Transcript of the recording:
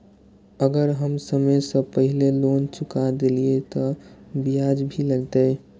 अगर हम समय से पहले लोन चुका देलीय ते ब्याज भी लगते?